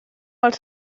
als